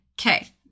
Okay